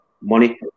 money